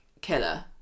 killer